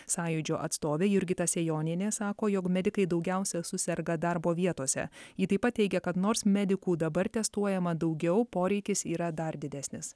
sąjūdžio atstovė jurgita sejonienė sako jog medikai daugiausia suserga darbo vietose ji taip pat teigia kad nors medikų dabar testuojama daugiau poreikis yra dar didesnis